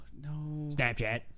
Snapchat